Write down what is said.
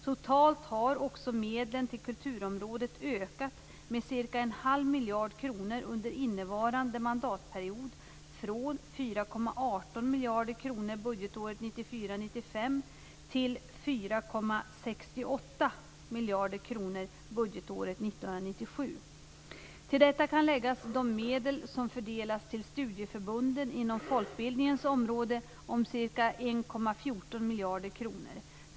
Totalt har också medlen till kulturområdet ökat med cirka en halv miljard kronor under innevarande mandatperiod från 4,18 miljarder kronor budgetåret 1994/95 till 4,68 miljarder kronor budgetåret 1997. Till detta kan läggas de medel som fördelas till studieförbunden inom folkbildningens område om ca 1,14 miljarder kronor.